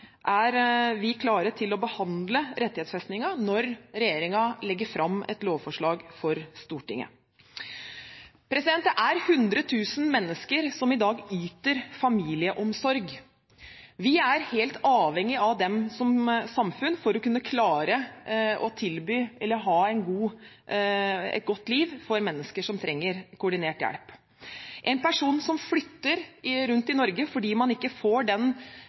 er vi klare til å behandle rettighetsfestingen når regjeringen legger fram et lovforslag for Stortinget. Det er 100 000 mennesker som i dag yter familieomsorg. Samfunnet er helt avhengig av dem for å kunne klare å tilby et godt liv for mennesker som trenger koordinert hjelp. Én person som flytter rundt i Norge fordi man ikke får den